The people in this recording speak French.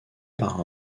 par